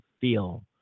feel